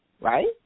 right